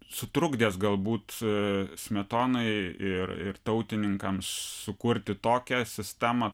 sutrukdęs galbūt smetonai ir ir tautininkams sukurti tokią sistemą